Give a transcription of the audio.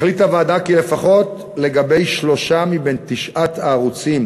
החליטה הוועדה כי לפחות לגבי שלושה מתשעת הערוצים